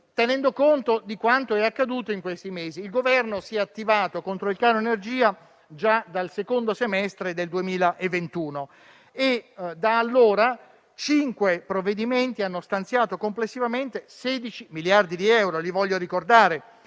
tenendo conto di quanto è accaduto in questi mesi. Il Governo si è attivato contro il caro energia già dal secondo semestre del 2021 e da allora cinque provvedimenti hanno stanziato complessivamente 16 miliardi di euro. Voglio ricordare